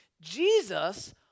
Jesus